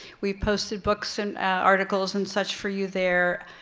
we've posted books and articles and such for you there,